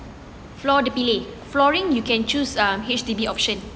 floor dia pilih flooring you can choose uh H_D_B option